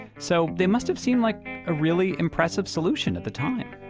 so, they must have seemed like a really impressive solution at the time